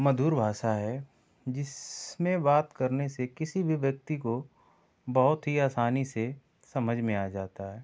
मधुर भाषा है जिसमें बात करने से किसी भी व्यक्ति को बहुत ही आसानी से समझ में आ जाता है